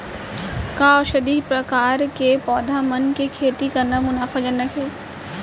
का औषधीय प्रकार के पौधा मन के खेती करना मुनाफाजनक हे?